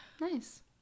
Nice